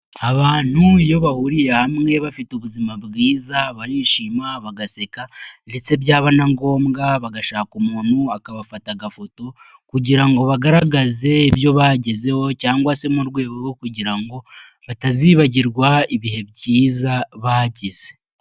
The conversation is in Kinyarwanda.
Abantu iyo bahuriye hamwe bafite ubuzima bwiza, barishima bagaseka ndetse byaba na ngombwa bagashaka umuntu akabafata agafoto kugira ngo bagaragaze ibyo bagezeho cyangwa se mu rwego rwo kugira ngo batazibagirwa ibihe byiza bagize.